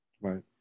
Right